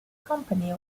company